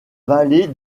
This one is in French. vallée